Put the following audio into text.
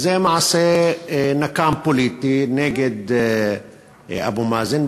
זה מעשה נקם פוליטי נגד אבו מאזן,